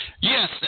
Yes